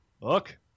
Look